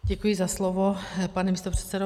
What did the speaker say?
Děkuji za slovo, pane místopředsedo.